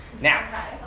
Now